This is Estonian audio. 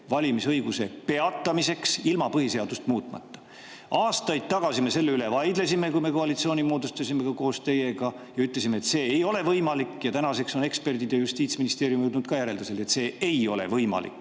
valimisõiguse peatamiseks ilma põhiseadust muutmata. Aastaid tagasi me selle üle vaidlesime, kui me koos teiega koalitsiooni moodustasime, ja ütlesime, et see ei ole võimalik, ning tänaseks on ka eksperdid ja Justiitsministeerium jõudnud järeldusele, et see ei ole võimalik.